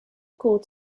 called